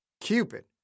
Cupid